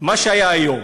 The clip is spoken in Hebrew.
מה שהיה היום,